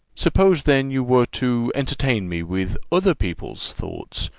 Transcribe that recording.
suppose, then, you were to entertain me with other people's thoughts,